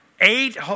Eight